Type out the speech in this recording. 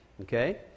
okay